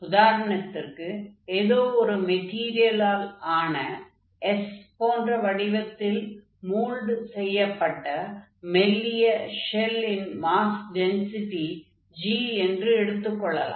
உதாரணத்திற்கு ஏதோ ஒரு மெடீரியலால் ஆன S போன்ற வடிவத்தில் மோல்டு செய்யப்பட்ட மெல்லிய ஷெல்லின் மாஸ் டென்ஸிடி g என்று எடுத்துக் கொள்ளலாம்